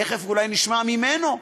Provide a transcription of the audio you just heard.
תכף אולי נשמע ממנו: